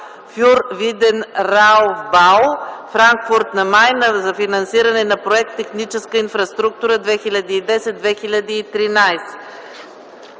фюр Видерауфбау – Франкфурт на Майн, за финансиране на проекта „Техническа инфраструктура 2010-2013”,